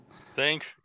Thank